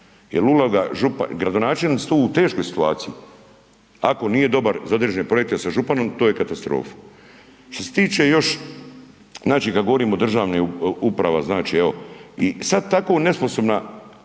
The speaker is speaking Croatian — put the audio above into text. Jer uloga župana, gradonačelnici su tu u teškoj situaciji. Ako nije dobar za određene projekte sa županom, to je katastrofa. Što se tiče još, znači kad govorimo o državnoj uprava, znači evo, i sad tako nesposobna